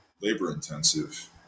labor-intensive